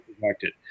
protected